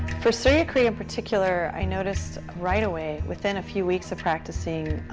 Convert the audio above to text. for surya kriya in particular, i noticed right away, within a few weeks of practicing,